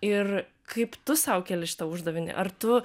ir kaip tu sau keli šitą uždavinį ar tu